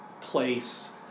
place